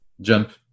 jump